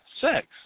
sex